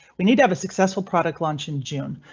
we need to have a successful product launch in june.